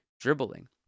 dribbling